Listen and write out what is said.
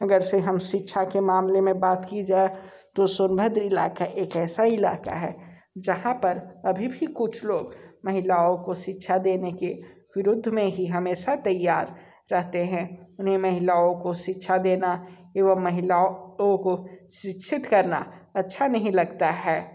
अगरचे हम शिक्षा के मामले में बात की जाए तो सोनभद्र इलाक़ा एक ऐसा इलाक़ा है जहाँ पर अभी भी कुछ लोग महिलाओं को शिक्षा देने के विरोध में ही हमेशा तैयार रहते हैं उन्हें महिलाओं को शिक्षा देना एवं महिलाओं को शिक्षित करना अच्छा नहीं लगता है